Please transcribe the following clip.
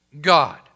God